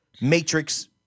Matrix